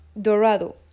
Dorado